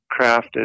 crafted